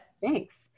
Thanks